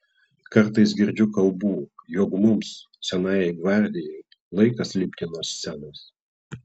kartais girdžiu kalbų jog mums senajai gvardijai laikas lipti nuo scenos